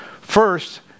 first